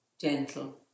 gentle